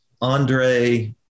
Andre